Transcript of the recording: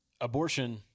abortion